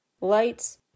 lights